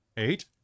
eight